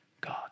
God